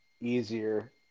easier